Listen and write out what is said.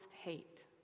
hate